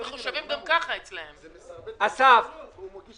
לקחת הם יודעים,